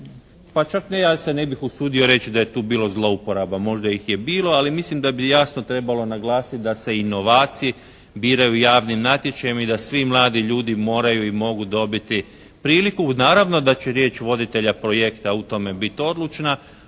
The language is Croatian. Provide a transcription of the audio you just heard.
pa čak, ja se ne bih usudio reći da je tu bilo zlouporaba. Možda ih je bilo, ali mislim da bi jasno trebalo naglasiti da se i novaci biraju javnim natječajem i da svi mladi ljudi moraju i mogu dobiti priliku. Naravno da će riječ voditelja projekta u tome biti odlučna